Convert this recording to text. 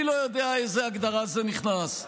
אני לא יודע לאיזו הגדרה זה נכנס.